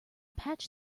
patch